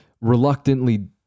reluctantly